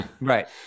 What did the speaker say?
Right